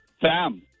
Sam